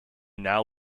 now